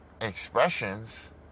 expressions